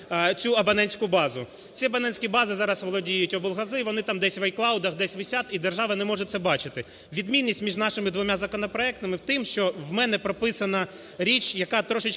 цю абонентську базу. Цими абонентськими базами зараз володіють облгази і вони там десь в айклаудах десь висять і держава не може це бачити. Відмінність між нашими двома законопроектами в тім, що у мене прописана річ, яка трошечки